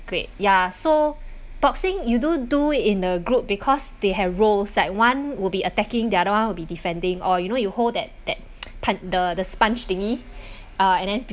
great ya so boxing you do do it in a group because they have roles like one will be attacking the other one will be defending or you know you hold that that punc~ the the sponge thingy ah and then